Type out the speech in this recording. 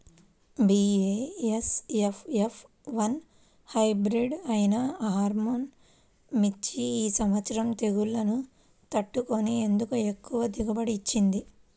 BASF F one hybrid అయినా ఆర్ముర్ మిర్చి ఈ సంవత్సరం తెగుళ్లును తట్టుకొని ఎందుకు ఎక్కువ దిగుబడి ఇచ్చింది?